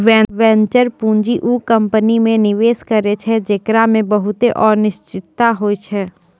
venture पूंजी उ company मे निवेश करै छै जेकरा मे बहुते अनिश्चिता होय छै